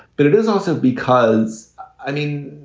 but it is also because i mean,